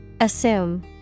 Assume